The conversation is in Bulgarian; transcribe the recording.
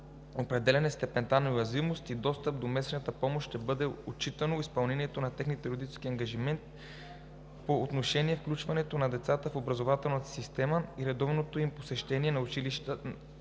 определяне степента на уязвимост и достъпа до месечна помощ ще бъде отчитано изпълнението на техния родителски ангажимент по отношение включването на децата в образователната система и редовното посещение на училищата